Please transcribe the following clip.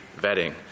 vetting